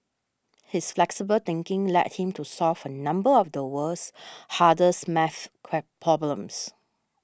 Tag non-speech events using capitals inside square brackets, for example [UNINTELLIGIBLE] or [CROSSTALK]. his flexible thinking led him to solve a number of the world's hardest math [UNINTELLIGIBLE] problems